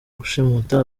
gushimuta